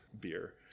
beer